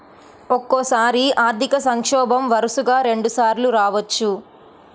ఒక్కోసారి ఆర్థిక సంక్షోభం వరుసగా రెండుసార్లు రావచ్చు